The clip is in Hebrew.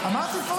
אמרתי את זה.